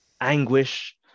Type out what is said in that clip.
anguish